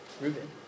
Ruben